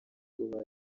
ubwo